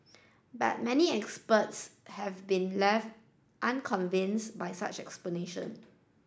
but many experts have been left unconvinced by such explanation